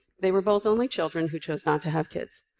they were both only children who chose not to have kids.